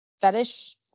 fetish